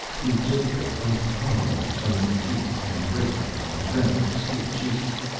we took the ripe pomegranates from the trees, and brake them, and drank their sweet juices.